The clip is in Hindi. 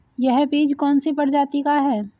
यह बीज कौन सी प्रजाति का है?